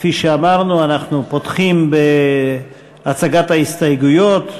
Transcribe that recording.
כפי שאמרנו, אנחנו פותחים בהצגת ההסתייגויות.